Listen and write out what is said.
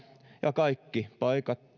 ja kaikki paikat